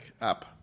app